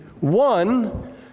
one